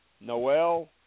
Noel